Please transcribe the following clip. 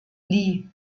lee